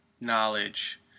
knowledge